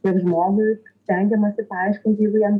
tiek žmogui stengiamasi paaiškinti jeigu jam